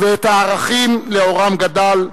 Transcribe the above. ואת הערכים שלאורם גדל,